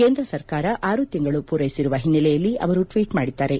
ಕೇಂದ್ರ ಸರ್ಕಾರ ಆರು ತಿಂಗಳು ಪೂರೈಸಿರುವ ಹಿನ್ನೆಲೆಯಲ್ಲಿ ಅವರು ಟ್ವೀಟ್ ಮಾಡಿದ್ದಾರೆ